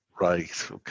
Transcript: Right